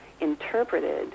interpreted